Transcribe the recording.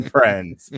Friends